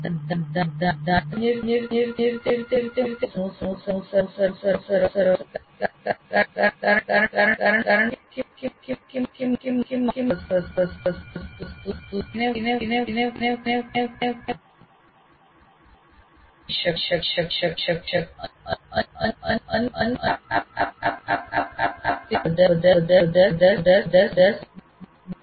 આ એક મહત્વપૂર્ણ સિદ્ધાંત છે જે સામાન્ય રીતે મોટાભાગના શિક્ષકો દ્વારા અનુસરવામાં આવતો નથી કારણ કે તેઓને લાગે છે કે માહિતીને કોઈ રસપ્રદ રીતે પ્રસ્તુત કરવી અને માહિતીનો પ્રયોગ વિદ્યાર્થી પર છોડી દો